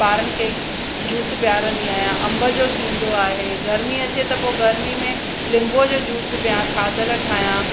ॿारनि खे जूस पिआरींदी आहियां अम्ब जो थींदो आहे गरमी अचे त पोइ गरमी में लिंबूअ जो जूस पिआं थादलि ठाहियां ऐं